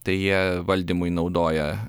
tai jie valdymui naudoja